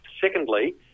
Secondly